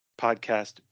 podcast